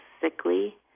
sickly